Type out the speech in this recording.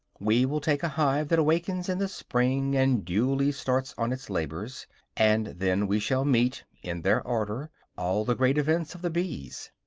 we will take a hive that awakes in the spring and duly starts on its labors and then we shall meet, in their order, all the great events of the bees.